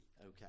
okay